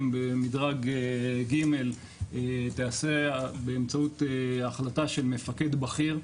במדרג ג' תיעשה באמצעות החלטה של מפקד בכיר,